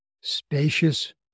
Spacious